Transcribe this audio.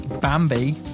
bambi